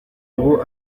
ubu